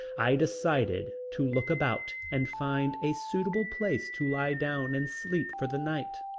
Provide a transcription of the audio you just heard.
i decided to look about and find a suitable place to lie down and sleep for the night.